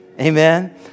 Amen